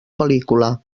pel·lícula